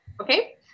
Okay